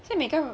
所以每个